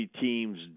teams